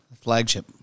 Flagship